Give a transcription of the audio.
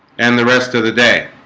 and the rest of the day